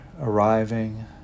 arriving